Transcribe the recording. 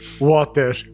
Water